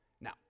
Now